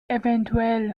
evtl